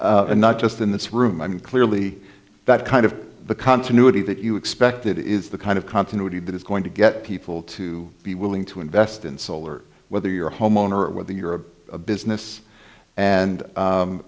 not just in this room i mean clearly that kind of the continuity that you expected is the kind of continuity that is going to get people to be willing to invest in solar whether you're a homeowner or whether you're a business and